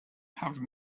have